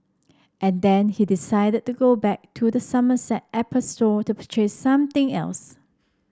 and then he decided to go back to the Somerset Apple Store to purchase something else